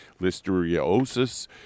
listeriosis